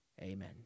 Amen